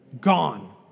Gone